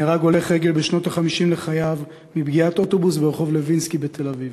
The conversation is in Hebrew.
נהרג הולך רגל בשנות ה-50 לחייו מפגיעת אוטובוס ברחוב לוינסקי בתל-אביב.